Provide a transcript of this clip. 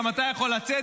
גם אתה יכול לצאת,